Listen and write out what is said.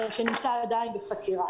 שנמצא עדיין בחקירה.